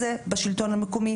בשנים האחרונות.